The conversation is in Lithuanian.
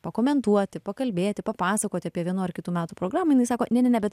pakomentuoti pakalbėti papasakoti apie vienų ar kitų metų programą jinai sako ne ne ne bet